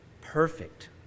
perfect